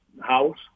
House